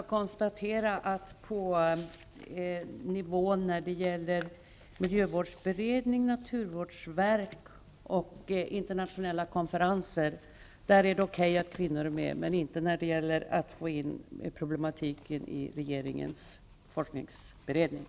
Herr talman! Då kan vi alltså konstatera att när det gäller miljövårdsberedning, naturvårdsverk och internationella konferenser är det okej att kvinnor är med, men inte när det gäller att få in kvinnor i regeringens forskningsberedning.